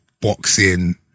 boxing